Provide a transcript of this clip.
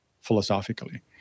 philosophically